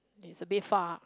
he's a bit far